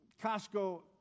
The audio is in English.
Costco